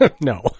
no